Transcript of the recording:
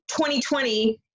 2020